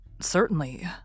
Certainly